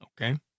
Okay